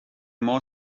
more